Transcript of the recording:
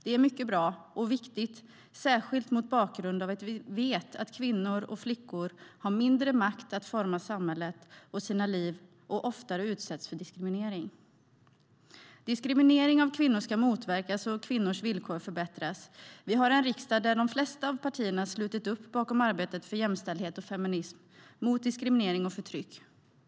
Det är mycket bra och viktigt, särskilt mot bakgrund av att vi vet att kvinnor och flickor har mindre makt att forma samhället och sina liv och oftare utsätts för diskriminering. Diskriminering av kvinnor ska motverkas och kvinnors villkor förbättras. Vi har en riksdag där de flesta av partierna slutit upp bakom arbetet för jämställdhet och feminism, mot diskriminering och förtryck.